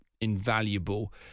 invaluable